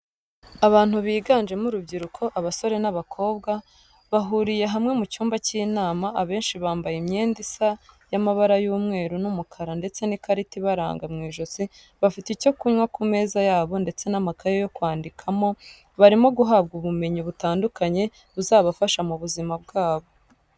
Abantu biganjemo urubyiruko abasore n'abakobwa bahuriye hamwe mu cyumba cy'inama abenshi bambaye imyenda isa y'amabara yumweru n'umukara ndetse n'ikarita ibaranga mu ijosi bafite icyo kunywa ku meza yabo ndetse n'amakaye yo kwandikamo, barimo guhabwa ubumenyi butandukanye buzabafasha mu buzima bwabo.